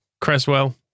Creswell